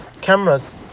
cameras